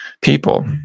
people